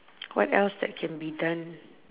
what else that can be done